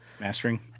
Mastering